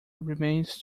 remains